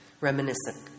reminiscent